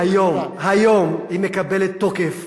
היום היא מקבלת תוקף